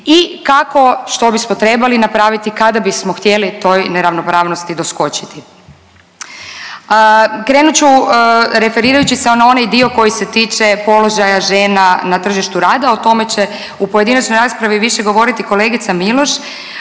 i kako što bismo trebali napraviti kada bismo htjeli toj neravnopravnosti doskočiti. Krenut ću referirajući se na onaj dio koji se tiče položaja žena na tržištu rada. O tome će u pojedinačnoj raspravi više govoriti kolegica Miloš.